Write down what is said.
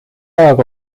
aga